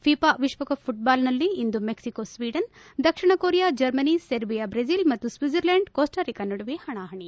FIFA ವಿಶ್ವಕಪ್ ಫುಟ್ಲಾಲ್ನಲ್ಲಿ ಇಂದು ಮೆಕ್ಸಿಕೋ ಸ್ವೀಡನ್ ದಕ್ಷಿಣ ಕೊರಿಯಾ ಜರ್ಮನಿ ಸೆರ್ಬಿಯಾ ಬ್ರೆಜಿಲ್ ಮತ್ತು ಸ್ವಿಟ್ಜರ್ಲ್ಯಾಂಡ್ ಕೋಸ್ಟಾರಿಕಾ ನಡುವೆ ಹಣಾಹಣಿ